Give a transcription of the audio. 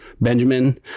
Benjamin